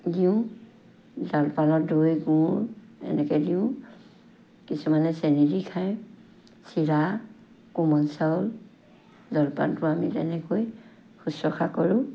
দিওঁ জলপানত দৈ গুৰ এনেকৈ দিওঁ কিছুমানে চেনী দি খাই চিৰা কোমল চাউল জলপানটো আমি তেনেকৈ শুশ্ৰূষা কৰোঁ